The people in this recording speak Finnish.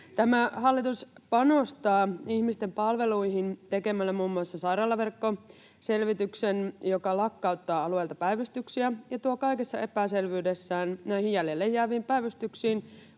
Tämä hallitus panostaa ihmisten palveluihin tekemällä muun muassa sairaalaverkkoselvityksen, joka lakkauttaa alueilta päivystyksiä ja tuo kaikessa epäselvyydessään näihin jäljelle jääviin päivystyksiin